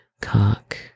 cock